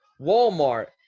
Walmart